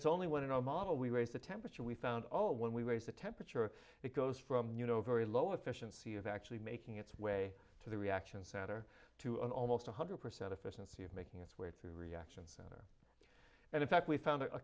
it's only one in our model we raise the temperature we found oh when we raise the temperature it goes from you know very low efficiency is actually making its way to the reaction center to an almost one hundred percent efficiency making its way through reactions and in fact we found